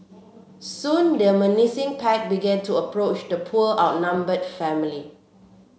soon the menacing pack began to approach the poor outnumbered family